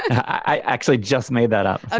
i actually just made that up, ah